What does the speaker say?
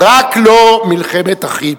"רק לא מלחמת אחים".